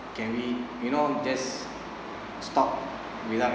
can we you know just stop without